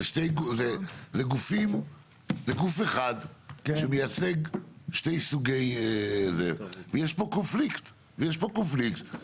זה גוף אחד שמייצג שני סוגים ויש פה קונפליקט שהוא